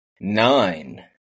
nine